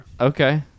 Okay